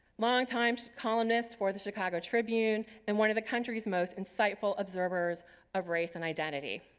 longtime columnist for the chicago tribune and one of the country's most insightful observers of race and identity.